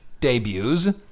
debuts